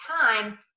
time